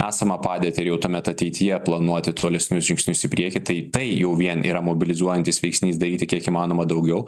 esamą padėtį ir jau tuomet ateityje planuoti tolesnius žingsnius į priekį tai tai jau vien yra mobilizuojantis veiksnys daryti kiek įmanoma daugiau